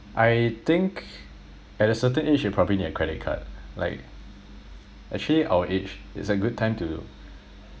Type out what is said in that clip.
I think at a certain age you probably need a credit card like actually our age it's a good time to